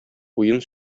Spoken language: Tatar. уен